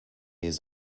his